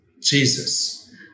Jesus